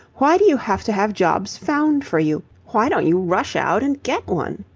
why do you have to have jobs found for you? why don't you rush out and get one?